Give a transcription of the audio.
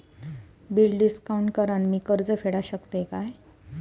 Bill discount करान मी कर्ज फेडा शकताय काय?